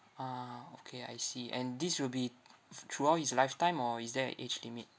ah okay I see and this will be throughout his lifetime or is there a age limit